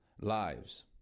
lives